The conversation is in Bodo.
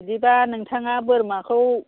बिदिब्ला नोंथाङा बोरमाखौ